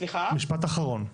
משפט אחרון אמרתי,